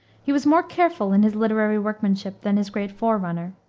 he was more careful in his literary workmanship than his great forerunner,